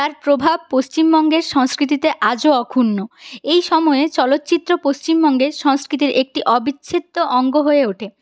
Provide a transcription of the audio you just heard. তার প্রভাব পশ্চিমবঙ্গের সংস্কৃতিতে আজও অক্ষুন্ন এইসময় চলচ্চিত্র পশ্চিমবঙ্গের সংস্কৃতির একটি অবিচ্ছেদ্য অঙ্গ হয়ে ওঠে